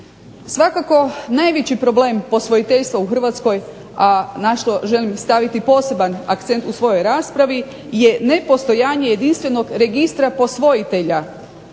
Svakako najveći problem posvojiteljstva u Hrvatskoj a na što želim staviti poseban akcent u svojoj raspravi je nepostojanje jedinstvenog registra posvojitelja